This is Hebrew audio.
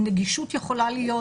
נגישות יכולה להיות